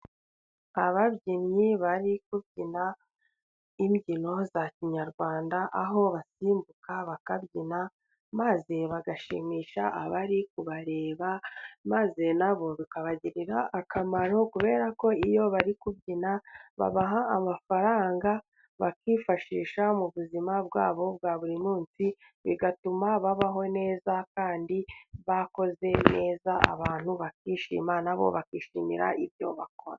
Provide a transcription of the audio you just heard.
Ababyinnyi bari kubyina imbyino za kinyarwanda, aho basimbuka bakabyina maze bagashimisha abari kubareba maze nabo bikabagirira akamaro. Kubera ko iyo bari kubyina babaha amafaranga bakifashisha mu buzima bwabo bwa buri munsi bigatuma babaho neza kandi bakoze neza abantu bakishima nabo bakishimira ibyo bakora.